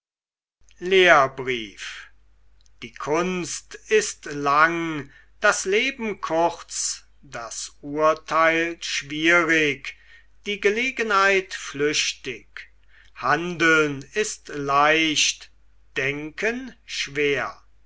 lehrbrief die kunst ist lang das leben kurz das urteil schwierig die gelegenheit flüchtig handeln ist leicht denken schwer